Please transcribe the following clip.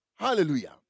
hallelujah